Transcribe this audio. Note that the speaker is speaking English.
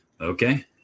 okay